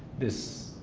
this,